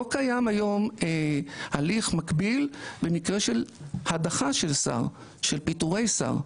לא קיים היום הליך מקביל במקרה של הדחה של שר של פיטורי שר,